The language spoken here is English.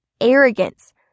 arrogance